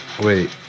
Wait